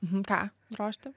mhm ką drožti